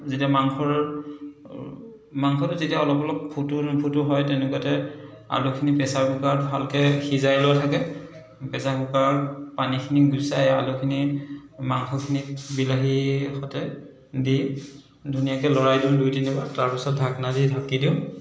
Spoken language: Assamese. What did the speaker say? যেতিয়া মাংসৰ মাংসটো যেতিয়া অলপ অলপ ফুটো নুফোটো হয় তেনেকুৱাতে আলুখিনি প্ৰেচাৰ কুকাৰত ভালকৈ সিজাই লোৱা থাকে প্ৰেচাৰ কুকাৰত পানীখিনি গুচাই আলুখিনি মাংসখিনিত বিলাহী হতে দি ধুনীয়াকৈ লৰাই দিওঁ দুই তিনিবাৰ তাৰ পাছত ঢাকনা দি ঢাকি দিওঁ